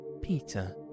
Peter